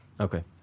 okay